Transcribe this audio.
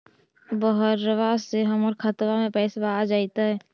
बहरबा से हमर खातबा में पैसाबा आ जैतय?